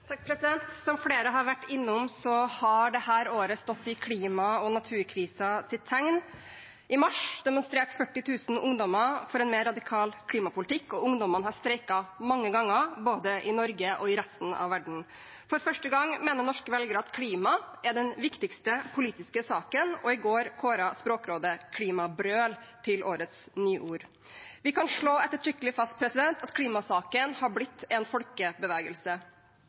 tegn. I mars demonstrerte 40 000 ungdommer for en mer radikal klimapolitikk, og ungdommene har streiket mange ganger, både i Norge og i resten av verden. For første gang mener norske velgere at klima er den viktigste politiske saken, og i går kåret Språkrådet «klimabrøl» til årets nyord. Vi kan slå ettertrykkelig fast at klimasaken har blitt en folkebevegelse.